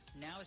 Now